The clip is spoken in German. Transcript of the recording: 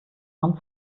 mann